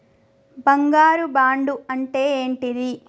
బంగారు బాండు అంటే ఏంటిది?